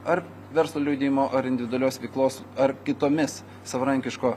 ar verslo liudijimo ar individualios veiklos ar kitomis savarankiško